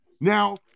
Now